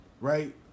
right